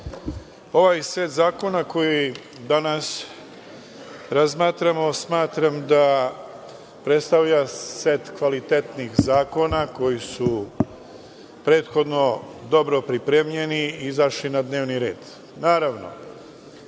ovaj set zakona koji danas razmatramo, smatram da predstavlja set kvalitetnih zakona koji su prethodno dobro pripremljeni i izašli na dnevni